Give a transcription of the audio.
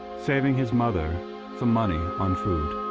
saving his mother some money on food.